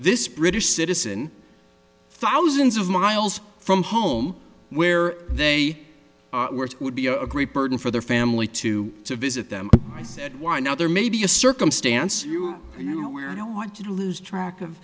this british citizen thousands of miles from home where they would be a great burden for their family to visit them i said why now there may be a circumstance where i don't want to lose track of